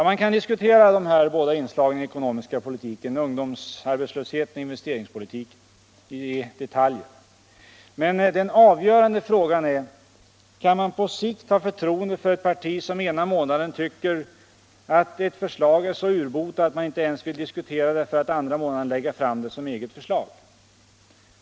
Man kan diskutera dessa båda inslag i den ekonomiska politiken — ungdomsarbetslösheten och investeringspolitiken — i detaljer. Men den avgörande frågan är: Kan vi på sikt ha förtroende för ett parti som ena månaden tycker att ett förslag är så urbota att man inte ens vill diskutera det, för att andra månaden lägga fram det som eget förslag?